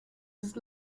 ist